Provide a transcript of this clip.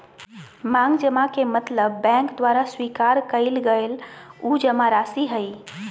मांग जमा के मतलब बैंक द्वारा स्वीकार कइल गल उ जमाराशि हइ